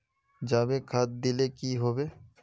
जाबे खाद दिले की होबे?